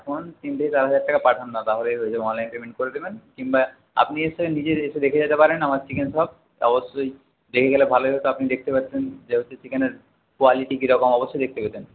এখন তিন থেকে চার হাজার টাকা পাঠান না তাহলেই হয়ে যাবে অনলাইন পেমেন্ট করে দেবেন কিংবা আপনি এসে নিজে এসে দেখে যেতে পারেন আমার চিকেন শপ অবশ্যই দেখে গেলে ভালোই হতো আপনি দেখতে পারতেন যেহেতু চিকেনের কোয়ালিটি কীরকম অবশ্যই দেখতে পেতেন